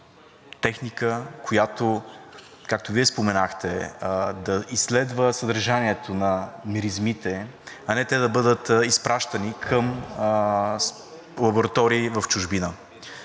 техника, която, както Вие споменахте, да изследва съдържанието на миризмите, а не те да бъдат изпращани към лаборатории в чужбина,